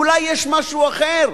אולי יש משהו אחר.